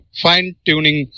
fine-tuning